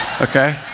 okay